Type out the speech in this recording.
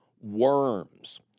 worms